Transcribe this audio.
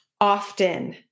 often